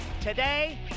today